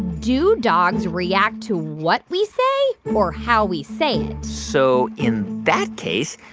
do dogs react to what we say or how we say it? so in that case,